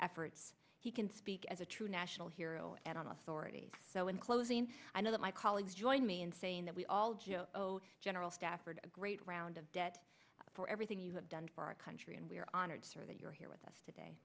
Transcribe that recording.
efforts he can speak as a true national hero and honest already so in closing i know that my colleagues join me in saying that we all joe oh general stafford a great round of debt for everything you have done for our country and we're honored sir that you're here with us today